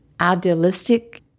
idealistic